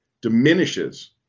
diminishes